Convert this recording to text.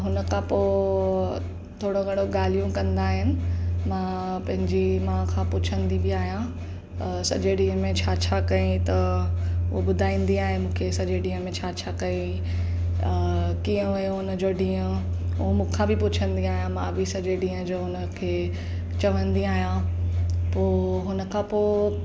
हुन खां पोइ थोरो घणो ॻाल्हियूं कंदा आहिनि मां पंहिंजी माउ खां पुछंदी बि आहियां सॼे ॾींहं में छा छा कयई त हू ॿुधाईंदी आहे मूंखे सॼे ॾींहं में छा छा कई कीअं वियो हुन जो ॾींहं हू मूंखां बि पुछंदी आहियां मां बि सॼे ॾींहं जो हुन खे चवंदी आहियां पोइ हुन खां पोइ